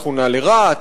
שכונה לרהט,